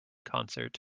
concert